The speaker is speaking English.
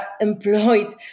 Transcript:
employed